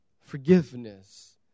forgiveness